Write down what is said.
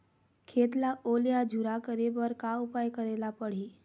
खेत ला ओल या झुरा करे बर का उपाय करेला पड़ही?